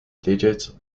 digits